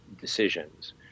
decisions